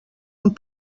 amb